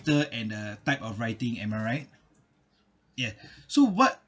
~ter and the type of writing am I right ya so what